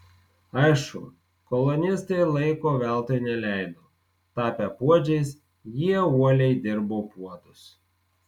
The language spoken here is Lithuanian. aišku kolonistai laiko veltui neleido tapę puodžiais jie uoliai dirbo puodus